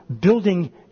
building